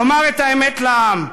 תאמר את האמת לעם,